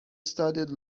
studied